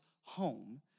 home